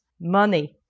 money